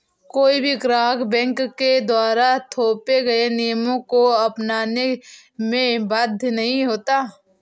कोई भी ग्राहक बैंक के द्वारा थोपे गये नियमों को अपनाने में बाध्य नहीं होता